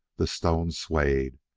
the stones swayed,